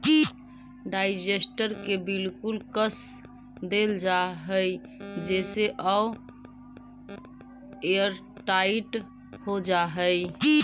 digester के बिल्कुल कस देल जा हई जेसे उ एयरटाइट हो जा हई